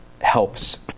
helps